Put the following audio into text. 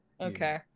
Okay